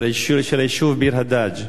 של היישוב ביר-הדאג'.